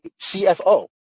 CFO